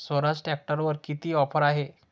स्वराज ट्रॅक्टरवर किती ऑफर आहे?